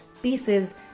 Pieces